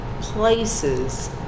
places